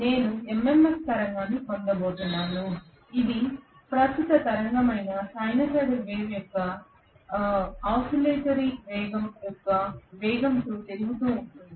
నేను ఒక MMF తరంగాన్ని పొందబోతున్నాను ఇది ప్రస్తుత తరంగమైన సైనూసోయిడల్ వేవ్ యొక్క ఓసిలేటరీ వేగం యొక్క వేగంతో తిరుగుతూనే ఉంటుంది